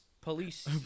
police